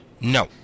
No